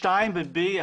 שתיים ב-B,